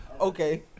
Okay